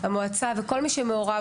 המועצה וכל מי שמעורב,